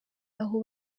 aho